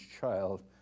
child